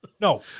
no